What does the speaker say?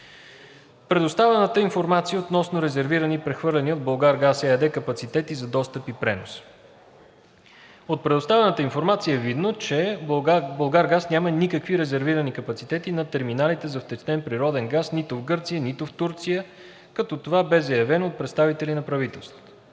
Предоставена информация относно резервирани и прехвърлени от „Булгаргаз“ ЕАД капацитети за достъп и пренос. От предоставената информация е видно, че „Булгаргаз“ няма никакви резервирани капацитети на терминалите за втечнен природен газ нито в Гърция, нито в Турция, като това бе заявено от представители на правителството.